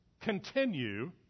continue